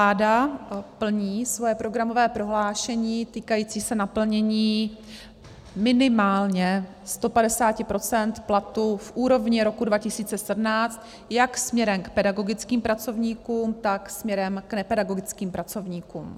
Vláda plní svoje programové prohlášení týkající se naplnění minimálně 150 % platu v úrovni roku 2017 jak směrem k pedagogickým pracovníkům, tak směrem k nepedagogickým pracovníkům.